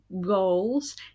goals